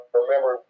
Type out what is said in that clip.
remember